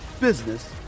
business